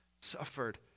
suffered